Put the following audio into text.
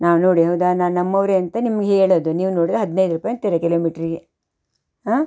ನಾವು ನೋಡಿ ಹೌದಾ ನಾನು ನಮ್ಮವರೆ ಅಂತ ನಿಮ್ಗೆ ಹೇಳೋದು ನೀವು ನೋಡಿದ್ರೆ ಹದಿನೈದು ರೂಪಾಯಿ ಅಂತೀರ ಕಿಲೋಮೀಟ್ರಿಗೆ ಹಾಂ